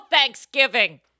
Thanksgiving